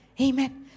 Amen